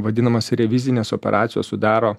vadinamos revizinės operacijos sudaro